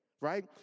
Right